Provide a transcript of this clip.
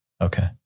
Okay